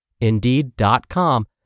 Indeed.com